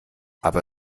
aber